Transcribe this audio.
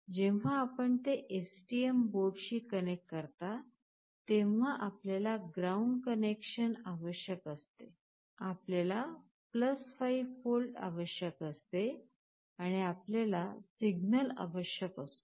जेव्हा आपण ते एसटीएम बोर्डाशी कनेक्ट करता तेव्हा आपल्याला ग्राउंड कनेक्शन आवश्यक असते आपल्याला 5 V आवश्यक असते आणि आपल्याला सिग्नल आवश्यक असतो